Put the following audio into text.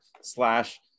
slash